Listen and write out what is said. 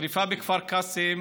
שרפה בכפר קאסם